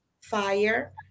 fire